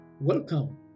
Welcome